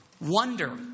Wonder